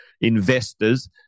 investors